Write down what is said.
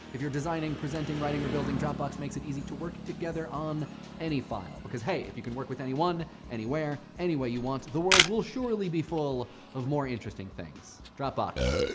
if you're designing, presenting, writing, or building, dropbox makes it easy to work together on any file. because hey, if you can work with anyone, anywhere, any way you want, the world will surely be full of more interesting things. dropbox.